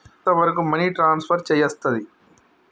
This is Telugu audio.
ఎంత వరకు మనీ ట్రాన్స్ఫర్ చేయస్తది?